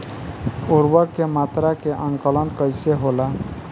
उर्वरक के मात्रा के आंकलन कईसे होला?